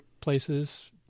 places